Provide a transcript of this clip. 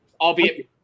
albeit